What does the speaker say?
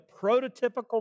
prototypical